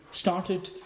started